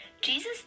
Jesus